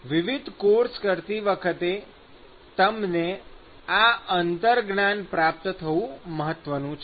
વિવિધ કોર્સ કરતી વખતે તમને આ અંતર્જ્ઞાન પ્રાપ્ત થવું મહત્વનુ છે